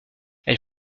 elle